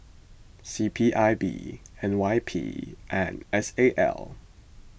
C P I B N Y P and S A L